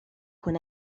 con